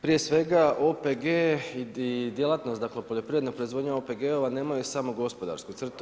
Prije svega OPG-e djelatnost dakle poljoprivredna proizvodnja OPG-ova nemaju samo gospodarsku crtu.